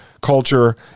culture